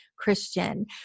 Christian